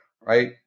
right